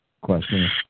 question